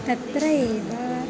तत्र एव